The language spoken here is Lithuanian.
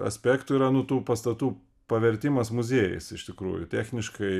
aspektų yra nu tų pastatų pavertimas muziejais iš tikrųjų techniškai